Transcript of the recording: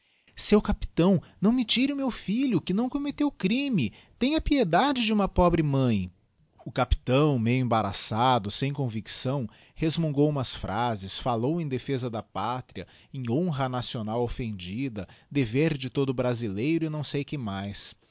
seu capitão não me tire o meu filho que não commetteu crime tenha piedade de uma pobre mãi o capitão meio embadigiti zedby google u raçado sem convicção resmungou umas phrases fallou em defesa da pátria em honra nacional offendida dever de todo brazileiro e não sei que mais